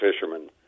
fishermen